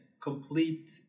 Complete